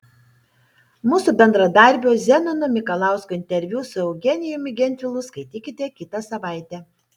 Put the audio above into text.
mūsų bendradarbio zenono mikalausko interviu su eugenijumi gentvilu skaitykite kitą savaitę